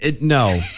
no